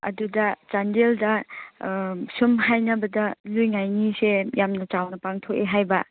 ꯑꯗꯨꯗ ꯆꯥꯟꯗꯦꯜꯗ ꯁꯨꯝ ꯍꯥꯏꯅꯕꯗ ꯂꯨꯏ ꯉꯥꯏꯅꯤꯁꯦ ꯌꯥꯝꯅ ꯆꯥꯎꯅ ꯄꯥꯡꯊꯣꯛꯏ ꯍꯥꯏꯕ